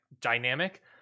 dynamic